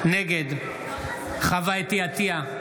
נגד חוה אתי עטייה,